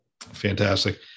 Fantastic